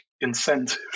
incentive